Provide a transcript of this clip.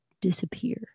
disappear